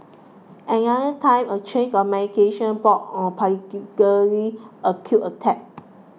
another time a change of medication brought on particularly acute attacks